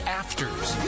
afters